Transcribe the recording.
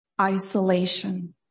isolation